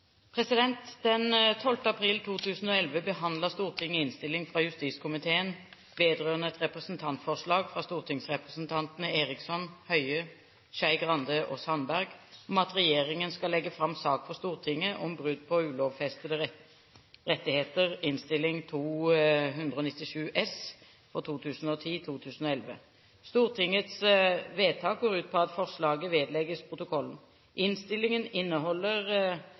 Den 12. april 2011 behandlet Stortinget innstilling fra justiskomiteen vedrørende et representantforslag fra stortingsrepresentantene Eriksson, Høie, Skei Grande og Sandberg om at regjeringen skal legge fram sak for Stortinget om brudd på ulovfestede rettigheter, Innst. 297 S for 2010–2011. Stortingets vedtak går ut på at forslaget vedlegges protokollen. Innstillingen inneholder